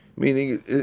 Meaning